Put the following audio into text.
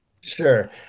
Sure